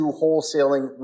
wholesaling